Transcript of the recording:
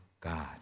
God